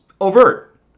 overt